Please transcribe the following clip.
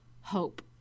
hope